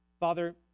Father